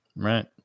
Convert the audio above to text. right